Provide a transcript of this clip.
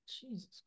Jesus